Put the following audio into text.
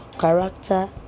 character